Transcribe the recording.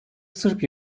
sırp